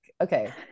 okay